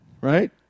Right